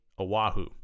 Oahu